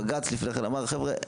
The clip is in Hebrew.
בג"צ לפני כן אמר: חבר'ה,